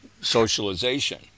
socialization